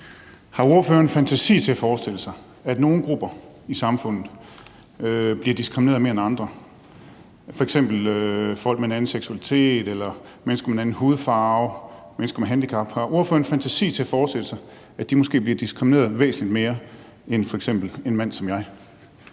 Har ordføreren fantasi til at forestille sig, at nogle grupper i samfundet bliver diskrimineret mere end andre, f.eks. folk med en anden seksualitet eller mennesker med en anden hudfarve, mennesker med handicap? Har ordføreren fantasi til at forestille sig, at de måske bliver diskrimineret væsentlig mere end f.eks. en mand som mig?